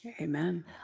Amen